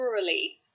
rurally